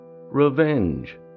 revenge